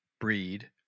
breed